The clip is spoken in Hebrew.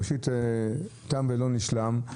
ראשית, תם ולא נשלם.